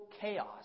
chaos